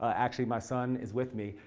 ah actually, my son is with me,